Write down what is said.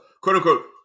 quote-unquote